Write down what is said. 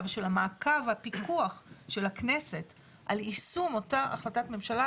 ושל המעקב והפיקוח של הכנסת על יישום אותה החלטת ממשלה,